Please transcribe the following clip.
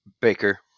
Baker